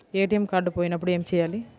ATM card పోయినప్పుడు ఏమి చేయాలి?